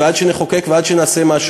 ועד שנחוקק ועד שנעשה משהו,